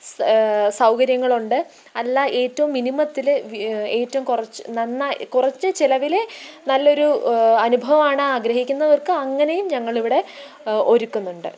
സ സൗകര്യങ്ങളുണ്ട് അല്ലാ ഏറ്റവും മിനിമത്തില് വി ഏറ്റവും കുറച്ച് നന്നായി കുറച്ച് ചെലവില് നല്ലൊരൂ അനുഭവമാണ് ആഗ്രഹിക്കുന്നവർക്ക് അങ്ങനെയും ഞങ്ങളിവിടെ ഒരുക്കുന്നുണ്ട്